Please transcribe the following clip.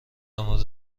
مورد